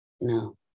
no